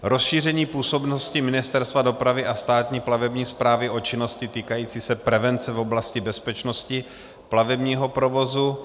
rozšíření působnosti Ministerstva dopravy a Státní plavební správy o činnosti týkající se prevence v oblasti bezpečnosti plavebního provozu;